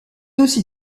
aussi